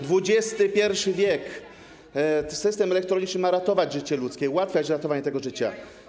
XXI w. System elektroniczny ma ratować życie ludzkie, ułatwiać ratowanie tego życia.